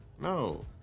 no